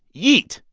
yeet.